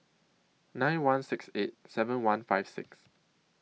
nine one six eight seven one five six